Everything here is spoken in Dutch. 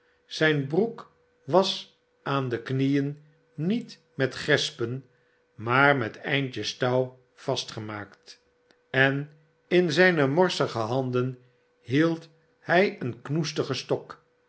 zijn broek was aan de imieen niet met gespen maar met eindjes touw vastgemaakt en in zijne morsige handen hield hij een knoestigen stok